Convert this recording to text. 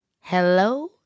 Hello